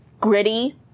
gritty